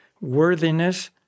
worthiness